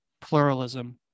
pluralism